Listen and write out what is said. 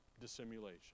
dissimulation